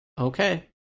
Okay